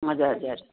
हजुर हजुर